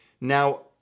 Now